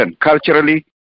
culturally